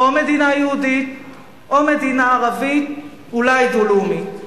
או מדינה יהודית או מדינה ערבית, אולי דו-לאומית.